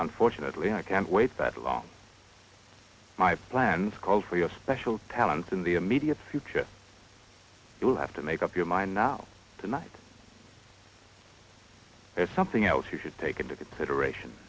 unfortunately i can't wait that long my plans call for your special talents in the immediate future you will have to make up your mind now tonight there's something else you should take into consideration